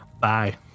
Bye